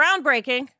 groundbreaking